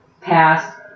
past